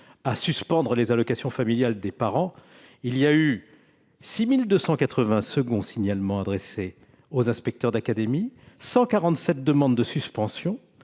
à suspendre les allocations familiales des parents : sur les 6 280 seconds signalements adressés aux inspecteurs d'académie, 147 demandes de suspension